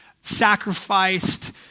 sacrificed